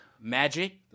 Magic